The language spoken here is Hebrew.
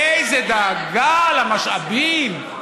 איזו דאגה למשאבים.